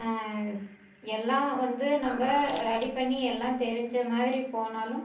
எல்லாம் வந்து நம்ப ரெடி பண்ணி எல்லாம் தெரிஞ்ச மாதிரி போனாலும்